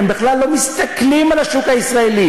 הם בכלל לא מסתכלים על השוק הישראלי,